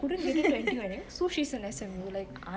but she couldn't get into N_T_U so she's in S_M_U